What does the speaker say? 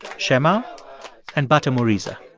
shema and batamuriza